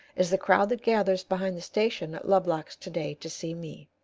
as the crowd that gathers behind the station at lovelocks to-day to see me.